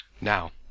Now